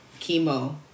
chemo